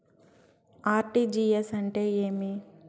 RTGS అంటే ఏమి